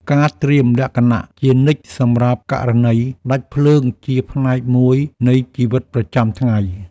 ការត្រៀមលក្ខណៈជានិច្ចសម្រាប់ករណីដាច់ភ្លើង ជាផ្នែកមួយនៃជីវិតប្រចាំថ្ងៃ។